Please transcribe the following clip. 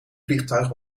vliegtuig